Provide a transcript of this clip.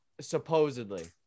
supposedly